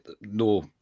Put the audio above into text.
no